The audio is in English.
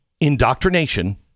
indoctrination